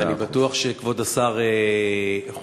אני בטוח שכבוד השר מבין,